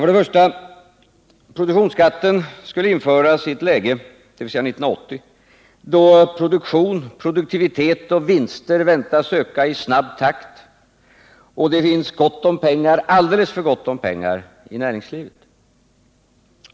För det första skulle produktionsskatten införas i ett läge —- år 1980 — då produktion, produktivitet och vinster väntas öka i snabb takt och då det finns alldeles för mycket pengar i näringslivet.